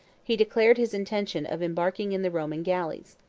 he declared his intention of embarking in the roman galleys.